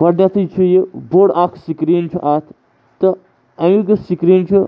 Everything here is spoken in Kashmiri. گۄڈنٮ۪تھٕے چھِ یہِ بوٚڈ اَکھ سِکریٖن چھُ اَتھ تہٕ اَمیُٚک یُس سِکریٖن چھُ